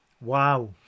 Wow